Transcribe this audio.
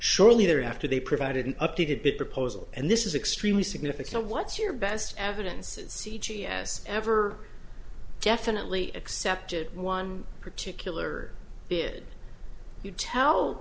shortly there after they provided an updated bid proposal and this is extremely significant what's your best evidence at c t s ever definitely accepted one particular bid you tell